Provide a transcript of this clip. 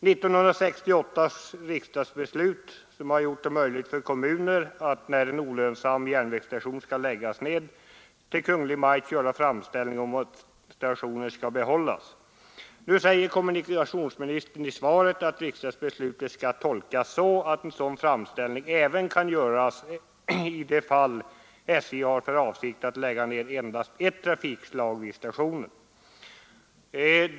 Riksdagens beslut 1968 har gjort det möjligt för kommuner att när en olönsam järnvägsstation skall läggas ned inge framställning till Kungl. Maj:t om att stationen skall behållas. Nu säger kommunikationsministern i svaret att riksdagsbeslutet skall tolkas så, att sådan framställning kan göras även i de fall då SJ har för avsikt att lägga ned endast ett trafikslag vid stationen.